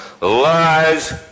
lies